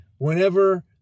Whenever